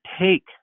take